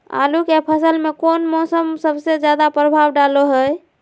आलू के फसल में कौन मौसम सबसे ज्यादा प्रभाव डालो हय?